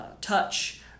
touch